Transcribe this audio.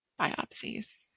biopsies